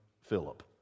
Philip